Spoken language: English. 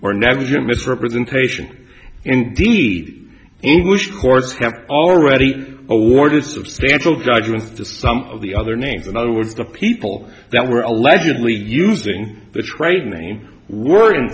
or negligent misrepresentation indeed english courts have already awarded substantial judgments to some of the other names in other words the people that were allegedly using the trade name w